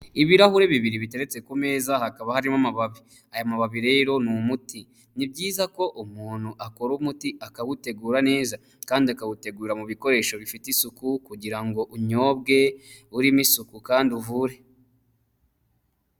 Ibirahuri bibiri biteretse ku meza hakaba harimo amababi, aya mababi rero ni umuti. Ni byiza ko umuntu akora umuti akawutegura neza, kandi akawutegura mu bikoresho bifite isuku kugira ngo unyobwe urimo isuku kandi uvure.